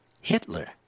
Hitler